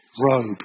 robe